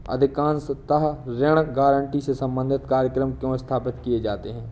अधिकांशतः ऋण गारंटी से संबंधित कार्यक्रम क्यों स्थापित किए जाते हैं?